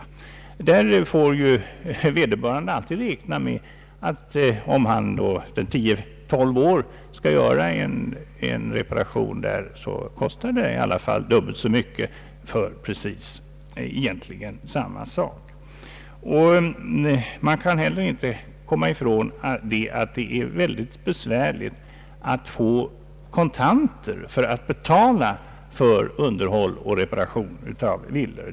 I det sistnämnda fallet måste vederbörande alltid räkna med att om han efter tio—tolv år skall göra en reparation kostar det dubbelt så mycket för vad som egentligen är samma sak som rum betraktat. Man kan inte heller komma ifrån att det är mycket besvärligt att skaffa kontanter för att betala underhåll och reparation av gamla villor.